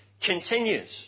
continues